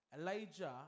Elijah